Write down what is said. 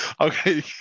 Okay